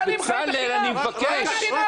אוכל חינם.